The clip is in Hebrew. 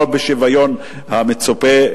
לא בשוויון המצופה,